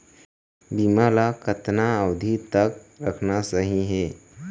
बीमा ल कतना अवधि तक रखना सही हे?